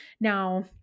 Now